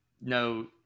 No